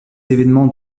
évènements